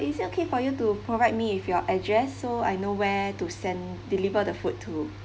is it okay for you to provide me with your address so I know where to send deliver the food to